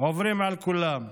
עוברים על כולם.